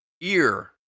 ear